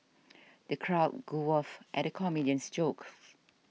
the crowd at the comedian's jokes